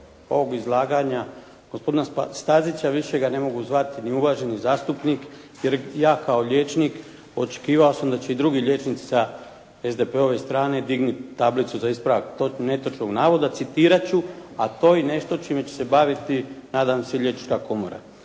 ovog izlaganja gospodina Stazića, više ga ne mogu zvati ni uvaženi zastupnik jer ja kao liječnik očekivao sam da će i drugi liječnici sa SDP-ove strane dignuti tablicu za ispravak netočnog navoda. Citirat ću, a to je nešto čime će se baviti nadam se Liječnika komora: